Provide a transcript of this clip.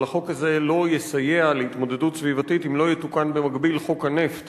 אבל החוק הזה לא יסייע להתמודדות סביבתית אם לא יתוקן במקביל חוק הנפט